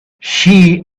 she